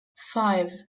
five